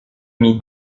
mis